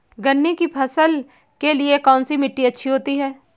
गन्ने की फसल के लिए कौनसी मिट्टी अच्छी होती है?